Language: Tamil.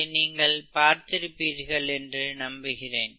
அதை நீங்கள் பார்த்திருப்பீர்கள் என்று நம்புகிறேன்